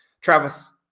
Travis